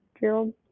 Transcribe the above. Gerald